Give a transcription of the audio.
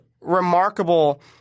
remarkable